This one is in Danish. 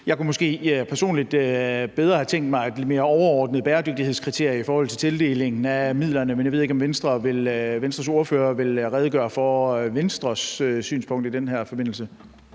Jeg kunne måske personligt bedre have tænkt mig at høre om de mere overordnede bæredygtighedskriterier for tildelingen af midlerne, men jeg ved ikke, om Venstres ordfører vil redegøre for Venstres synspunkt i den her forbindelse.